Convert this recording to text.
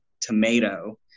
tomato